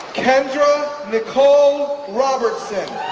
kendra nicole robertson,